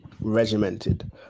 regimented